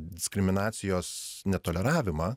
diskriminacijos netoleravimą